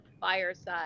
Fireside